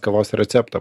kavos receptą